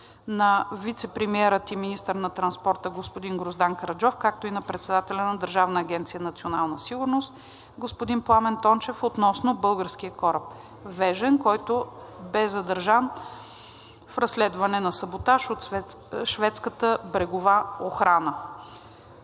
на вицепремиера и министър на транспорта и съобщенията Гроздан Караджов, както и на председателя на Държавна агенция „Национална сигурност“ Пламен Тончев относно българския кораб „Вежен“, който бе задържан в разследване на саботаж от шведската брегова охрана.